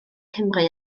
cymru